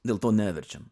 dėl to neverčiau